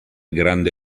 grande